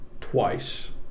twice